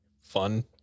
Fun